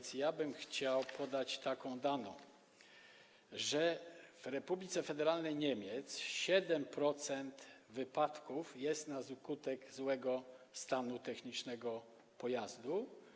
Chciałbym więc podać taką daną, że w Republice Federalnej Niemiec 7% wypadków jest na skutek złego stanu technicznego pojazdu.